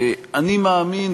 אני מאמין,